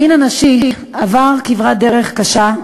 המין הנשי עבר כברת דרך קשה,